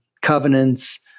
covenants